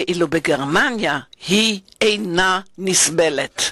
ואילו בגרמניה היא אינה נסבלת.